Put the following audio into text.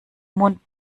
mund